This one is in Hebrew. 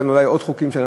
ולאחר מכן בעוד חוקים,